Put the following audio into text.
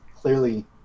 clearly